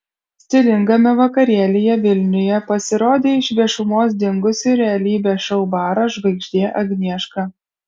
stilingame vakarėlyje vilniuje pasirodė iš viešumos dingusi realybės šou baras žvaigždė agnieška